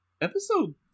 episode